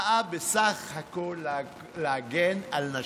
באה בסך הכול להגן על נשים,